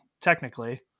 technically